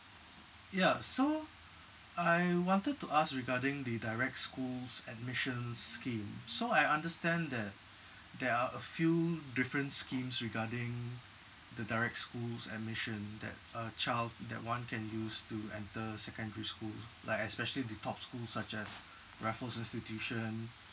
ya so I wanted to ask regarding the direct schools admission scheme so I understand that there are a few different schemes regarding the direct schools admission that a child that one can use to enter secondary schools like especially the top schools such as raffles institution